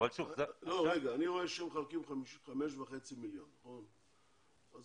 אני רואה שמחלקים 5.5 מיליון שקלים, אז